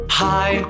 hi